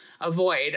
avoid